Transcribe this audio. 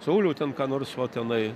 sauliau ten ką nors va tenai